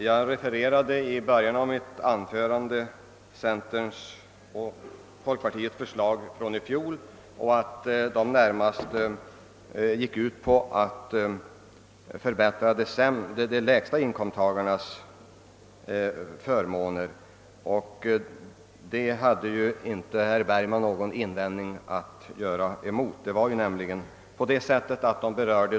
Herr talman! I början av mitt förra anförande refererade jag centerns och folkpartiets förslag i fjol och sade att de närmast gick ut på att förbättra förmånerna för de lägsta inkomsttagarna, i första hand för de ensamstående och för de människor som på grund av bostadsbrist fick ett beskuret bostadsstöd.